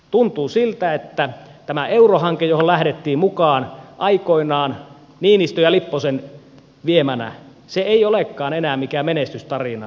tuntuu siltä että tämä eurohanke johon lähdettiin mukaan aikoinaan niinistön ja lipposen viemänä ei olekaan enää mikään menestystarina